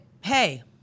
hey